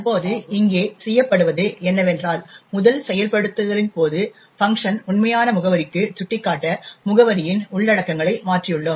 எனவே இப்போது இங்கே செய்யப்படுவது என்னவென்றால் முதல் செயல்படுத்துதலின் போது func உண்மையான முகவரிக்கு சுட்டிக்காட்ட முகவரியின் உள்ளடக்கங்களை மாற்றியுள்ளோம்